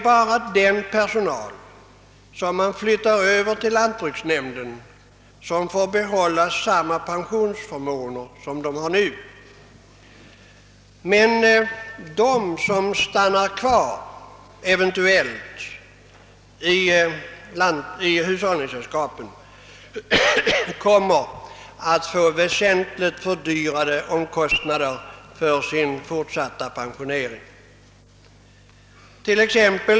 Bara den personal som flyttas över till lantbruksnämnden får behålla samma pensionsförmåner som nu, medan de som eventuellt stannar kvar i hushållningssällskapen kommer att vidkännas väsentligt högre kostnader för sin fortsatta pensionering.